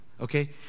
okay